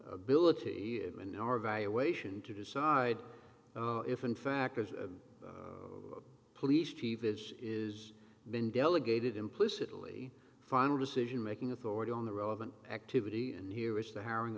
valuation to decide if in fact as a police chief it is been delegated implicitly final decision making authority on the relevant activity and here is the hiring